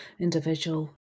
individual